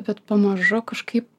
bet pamažu kažkaip